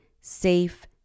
safe